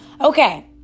Okay